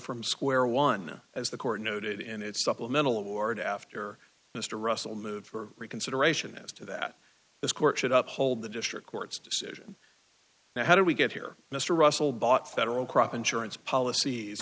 from square one as the court noted in its supplemental award after mr russell moved for reconsideration as to that this court should up hold the district court's decision now how do we get here mr russell bought federal crop insurance policies